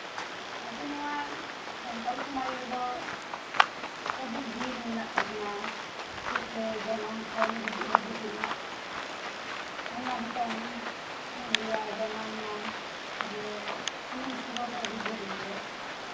ᱟᱵᱚ ᱱᱚᱣᱟ ᱥᱟᱱᱛᱟᱞ ᱥᱚᱢᱟᱡᱽ ᱨᱮᱫᱚ ᱟᱹᱰᱤ ᱰᱷᱮᱹᱨ ᱢᱮᱱᱟᱜ ᱛᱟᱵᱚᱱᱟ ᱡᱮᱭᱥᱮ ᱡᱟᱱᱟᱢ ᱠᱷᱚᱱ ᱜᱩᱡᱩᱜ ᱫᱷᱟᱹᱵᱤᱡ ᱨᱮᱱᱟᱜ ᱟᱭᱢᱟ ᱞᱮᱠᱟᱱ ᱢᱟᱱᱞᱤᱭᱟ ᱡᱟᱱᱟᱢ ᱮᱱᱟᱢ ᱛᱚᱵᱮ ᱢᱤᱫ ᱩᱥᱟᱹᱨᱟ ᱫᱚ ᱟᱹᱰᱤ ᱡᱟᱹᱨᱩᱲ ᱜᱮᱭᱟ